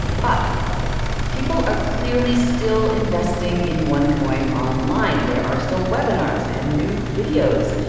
but people are clearly still investing in onecoin online. there are still webinars and new videos.